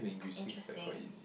interesting